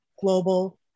global